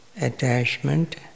attachment